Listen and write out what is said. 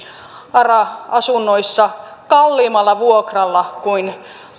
ara asunnoissa kalliimmalla vuokralla kuin